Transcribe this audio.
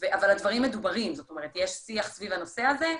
אבל הדברים מדוברים, יש שיח סביב הנושא הזה.